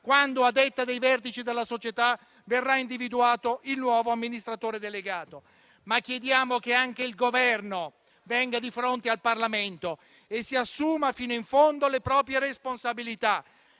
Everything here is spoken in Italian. quando, a detta dei vertici della società, verrà individuato il nuovo amministratore delegato. Chiediamo però che anche il Governo venga di fronte al Parlamento e si assuma fino in fondo le proprie responsabilità.